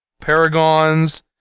Paragons